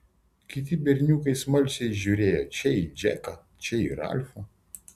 kiti berniukai smalsiai žiūrėjo čia į džeką čia į ralfą